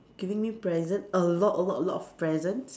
giving me present a lot a lot a lot of presents